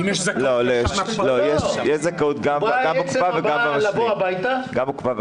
לא, יש זכאות גם בקופה וגם במשלים.